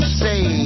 say